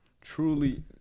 truly